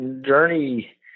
journey